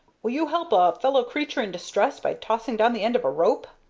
will you help a fellow-creature in distress by tossing down the end of a rope?